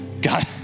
God